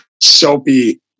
soapy